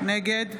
נגד